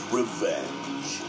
revenge